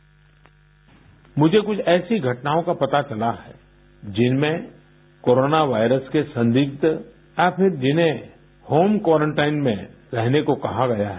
bite मुझे कुछ ऐसी घटनाओं का पता चला है जिनमें कोरोना वायरस के संदिग्ध ऐसे जिन्हें होम क्वारेंटाइन में रहने को कहा गया है